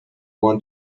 want